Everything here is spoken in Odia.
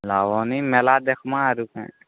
ଲାଭ ନି ମେଲା ଦେଖମା ଆରୁ କେ